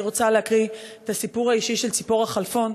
אני רוצה להקריא את הסיפור האישי של ציפורה חלפון,